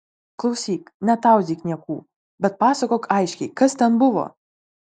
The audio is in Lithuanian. klausyk netauzyk niekų bet pasakok aiškiai kas ten buvo